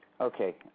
Okay